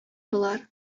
болар